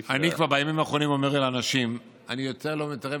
בימים האחרונים אני כבר אומר לאנשים: אני יותר לא מתערב,